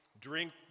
drink